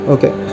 Okay